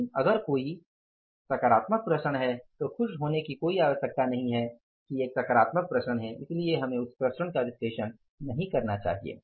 लेकिन अगर कोई सकारात्मक प्रसरण है तो खुश होने की कोई आवश्यकता नहीं है कि एक सकारात्मक प्रसरण है इसलिए हमें उस प्रसरण का विश्लेषण नहीं करना चाहिए